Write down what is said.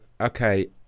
okay